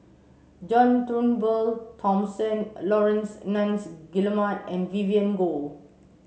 John Turnbull Thomson Laurence Nunns Guillemard and Vivien Goh